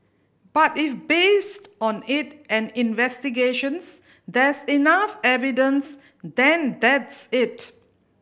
but if based on it and investigations there's enough evidence then that's it